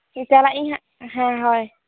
ᱪᱟᱞᱟᱜ ᱟᱹᱧ ᱦᱟᱸᱜ ᱦᱮᱸ ᱦᱳᱭ